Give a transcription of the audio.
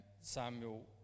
Samuel